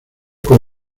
con